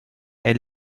est